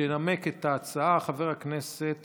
ינמק את ההצעה חבר הכנסת